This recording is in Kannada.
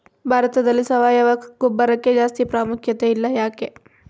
ಭಾರತದಲ್ಲಿ ಸಾವಯವ ಗೊಬ್ಬರಕ್ಕೆ ಜಾಸ್ತಿ ಪ್ರಾಮುಖ್ಯತೆ ಇಲ್ಲ ಯಾಕೆ?